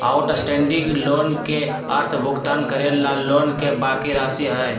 outstanding loan के अर्थ भुगतान करे ला लोन के बाकि राशि हई